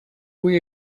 avui